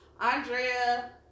andrea